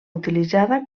utilitzada